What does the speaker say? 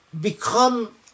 become